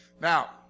Now